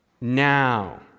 Now